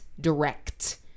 direct